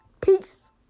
peace